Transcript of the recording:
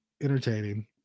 entertaining